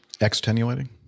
Extenuating